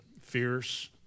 fierce